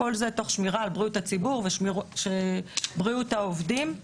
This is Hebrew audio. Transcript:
כל זה תוך שמירה על בריאות הציבור ושמירה על בריאות העובדים.